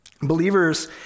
Believers